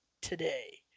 today